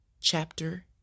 chapter